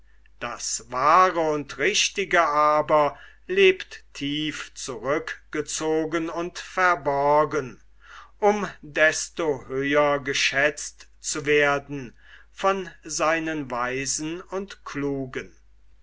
das wahre und richtige aber lebt tief zurückgezogen und verborgen um desto höher geschätzt zu werden von seinen weisen und klugen